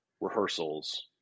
rehearsals